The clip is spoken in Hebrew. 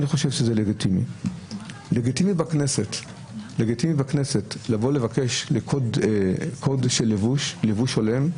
אני חושב שזה לגיטימי - לגיטימי בכנסת לבקש קוד לבוש הולם.